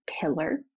pillar